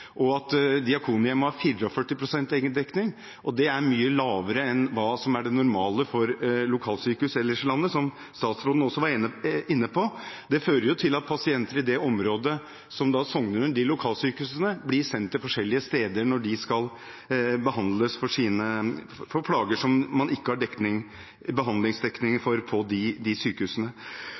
og at Diakonhjemmet har 44 pst. egendekning. Det er mye lavere enn det som er det normale for lokalsykehus ellers i landet, noe statsråden også var inne på. Det fører til at pasienter som sogner til de lokalsykehusene, blir sendt forskjellige steder når de skal behandles for plager som man ikke har behandlingsdekning for på de sykehusene.